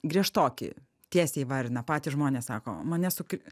griežtoki tiesiai įvardina patys žmonės sako mane suki